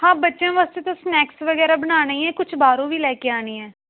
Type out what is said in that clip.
ਹਾਂ ਬੱਚਿਆਂ ਵਾਸਤੇ ਤਾਂ ਸਨੈਕਸ ਵਗੈਰਾ ਬਣਾਉਣੇ ਹੀ ਹੈ ਕੁਛ ਬਾਹਰੋਂ ਵੀ ਲੈ ਕੇ ਆਉਣੇ ਹੈ